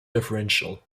differential